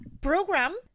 program